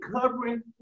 covering